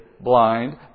blind